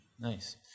Nice